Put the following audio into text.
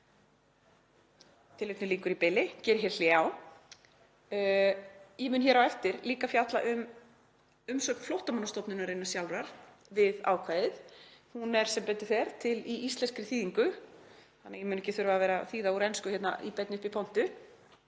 Tilvitnun lýkur í bili. Ég geri hér hlé. Ég mun hér á eftir líka fjalla um umsögn Flóttamannastofnunar sjálfrar við ákvæðið. Hún er sem betur fer til í íslenskri þýðingu þannig að ég mun ekki þurfa að þýða úr ensku hérna í beinni uppi í pontu,